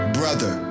brother